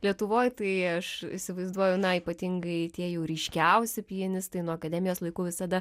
lietuvoj tai aš įsivaizduoju na ypatingai tie jau ryškiausi pianistai nuo akademijos laikų visada